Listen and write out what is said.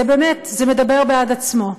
זה באמת מדבר בעד עצמו.